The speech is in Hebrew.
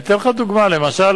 אני אתן לך דוגמה, למשל